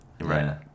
Right